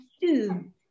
two